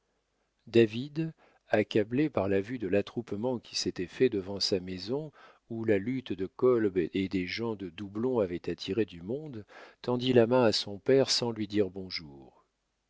david accablé par la vue de l'attroupement qui s'était fait devant sa maison où la lutte de kolb et des gens de doublon avait attiré du monde tendit la main à son père sans lui dire bonjour